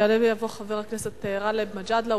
יעלה ויבוא חבר הכנסת גאלב מג'אדלה,